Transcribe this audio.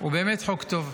הוא באמת חוק טוב,